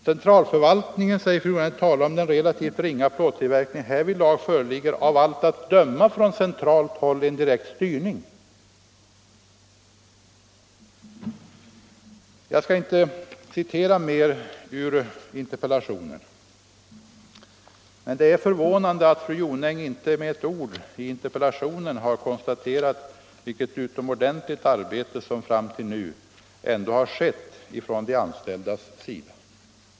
”Centralförvaltningen”, säger fru Jonäng, ”talar om den relativt ringa plåttillverkningen. Härvidlag föreligger av allt att döma från centralt håll en direkt styrning mot minskad plåttillverkning.” Jag skall inte citera mer ur interpellationen, men det är förvånande att fru Jonäng inte med ett ord har konstaterat vilket utomordentligt arbete som fram till nu ändå har gjorts från de anställdas sida.